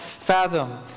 fathom